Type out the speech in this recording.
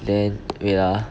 then wait ah